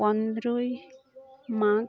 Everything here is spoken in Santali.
ᱯᱚᱱᱫᱨᱚᱭ ᱢᱟᱜ